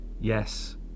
Yes